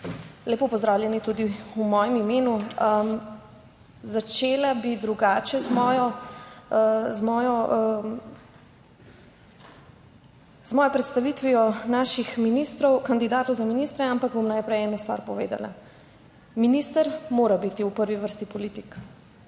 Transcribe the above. Lepo pozdravljeni tudi v mojem imenu. Začela bi drugače z mojo predstavitvijo naših ministrov kandidatov za ministre ampak bom najprej eno stvar povedala. Minister mora biti v prvi vrsti politik,